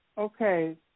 Okay